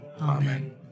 Amen